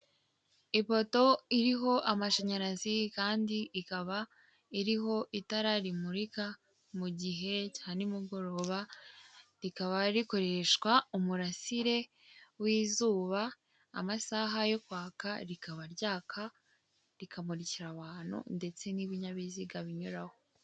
Ipoto iriho amashanyarazi kandi ikaba iriho itara rimurika mu gihe nimugoroba, rikaba rikoreshwa umurasire w'izuba, amasaha yo kwaka rikaba ryaka rikamurikira abantu ndetse n'ibinyabiziga binyuraho.